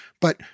But-